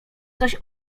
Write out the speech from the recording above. coś